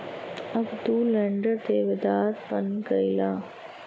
अब तू लेंडर देवेदार बन गईला